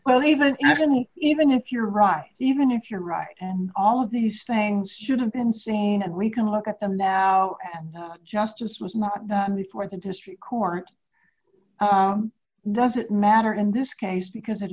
well even absent even if you're wrong even if you're right and all of these things should have been seen and we can look at them now and justice was not done before the district court doesn't matter in this case because it